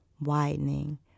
widening